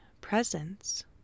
presence